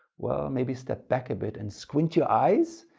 well, maybe step back a bit and squint your eyes.